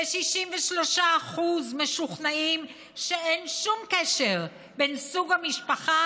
ו-63% משוכנעים שאין שום קשר בין סוג המשפחה